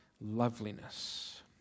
loveliness